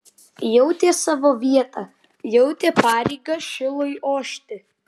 jautė savo vietą jautė pareigą šilui ošti